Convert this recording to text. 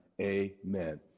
amen